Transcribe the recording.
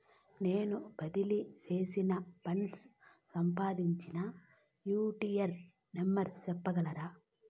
నేను బదిలీ సేసిన ఫండ్స్ సంబంధించిన యూ.టీ.ఆర్ నెంబర్ సెప్పగలరా